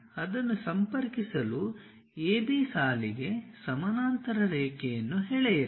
ಅದನ್ನು ಸಂಪರ್ಕಿಸಲು AB ಸಾಲಿಗೆ ಸಮಾನಾಂತರ ರೇಖೆಯನ್ನು ಎಳೆಯಿರಿ